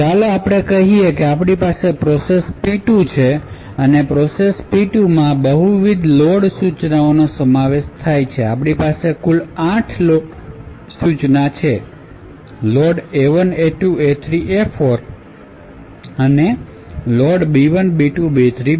ચાલો આપણે કહીએ કે આપણી પાસે પ્રોસેસ P2 છે અને આ પ્રોસેસ P2 માં બહુવિધ લોડ સૂચનોનો સમાવેશ થાય છે આપણી પાસે કુલ આઠ લોડ સૂચનો છે લોડ A1 A2 A3 અને A4 અને લોડ B1 B2 B3 અને B4